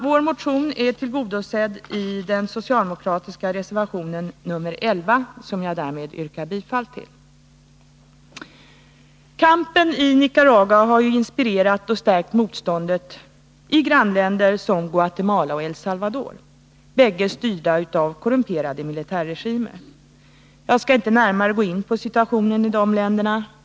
Vår motion är tillgodosedd i den socialdemokratiska reservationen nr 11, som jag alltså yrkar bifall till. Kampen i Nicaragua har inspirerat och stärkt motståndet i grannländer som Guatemala och El Salvador, bägge styrda av korrumperade militärregimer. Jag skall inte närmare ta upp situationen i dessa länder.